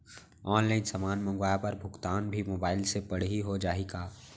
Online समान मंगवाय बर भुगतान भी मोबाइल से पड़ही हो जाही का?